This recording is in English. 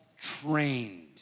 trained